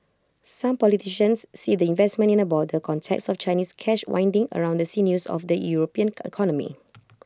some politicians see the investment in A broader context of Chinese cash winding around the sinews of the european economy